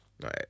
Right